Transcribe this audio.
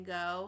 go